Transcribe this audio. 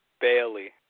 Bailey